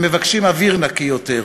הם מבקשים אוויר נקי יותר.